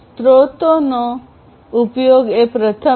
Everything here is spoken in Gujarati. સ્રોતનો ઉપયોગ એ પ્રથમ છે